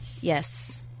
yes